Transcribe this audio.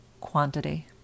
quantity